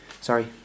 Sorry